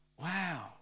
wow